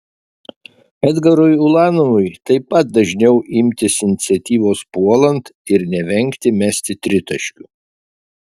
edgarui ulanovui taip pat dažniau imtis iniciatyvos puolant ir nevengti mesti tritaškių